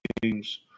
games